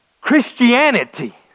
Christianity